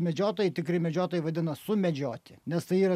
medžiotojai tikri medžiotojai vadina sumedžioti nes tai yra